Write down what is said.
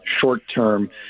short-term